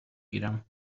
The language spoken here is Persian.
گیرم